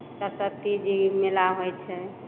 सरस्वती जी मेला होइ छै